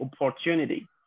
opportunity